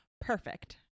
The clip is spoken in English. Perfect